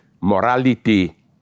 morality